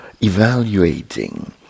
evaluating